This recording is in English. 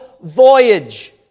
voyage